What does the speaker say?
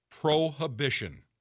prohibition